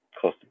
close